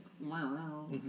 wow